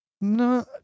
No